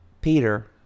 Peter